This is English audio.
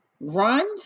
run